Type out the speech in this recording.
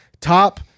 Top